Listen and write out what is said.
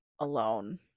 alone